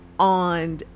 On